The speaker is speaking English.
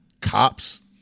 cops